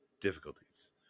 difficulties